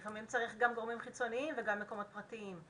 לפעמים צריך גם גורמים חיצוניים וגם מקומות פרטיים.